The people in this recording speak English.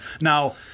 Now